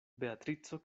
beatrico